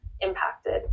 impacted